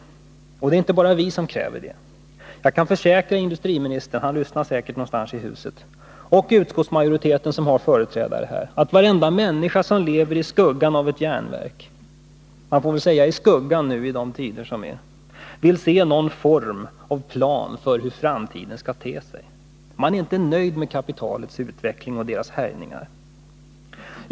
Och det är inte bara vi här som gör det. Jag kan försäkra industriministen — han lyssnar säkert någonstans i huset — och utskottsmajoriteten, som har företrädare här, att varenda människa som lever i skuggan av ett järnverk vill se någon form av plan för hur framtiden skall se ut. Jag får väl säga ”i skuggan av” i de tider som nu är. Man är rädd för kapitalets härjningar.